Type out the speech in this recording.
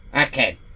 Okay